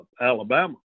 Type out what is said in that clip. Alabama